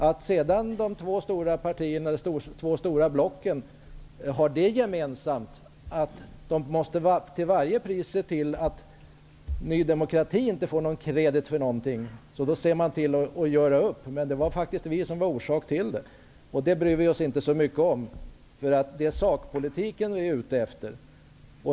Att de två stora blocken sedan har det gemensamt att de till varje pris måste se till att Ny demokrati inte får något ''credit'' för någonting och därför ser till att göra upp är en annan sak. Men det bryr vi oss inte så mycket om. Det är sakpolitiken vi är ute efter.